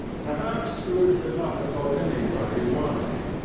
perhaps, scrooge could not have told anybody why,